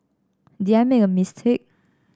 did I make a mistake